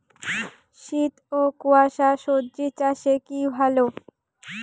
শীত ও কুয়াশা স্বজি চাষে কি ভালো?